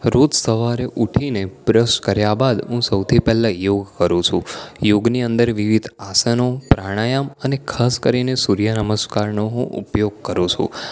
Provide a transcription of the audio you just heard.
રોજ સવારે ઉઠીને બ્રશ કર્યા બાદ હું સૌથી પહેલાં યોગ કરું છું યોગની અંદર વિવિધ આસનો પ્રાણાયામ અને ખાસ કરીને સૂર્યનમસ્કારનો હું ઉપયોગ કરું છું